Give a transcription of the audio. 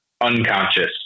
unconscious